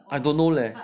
I don't know leh